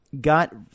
got